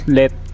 let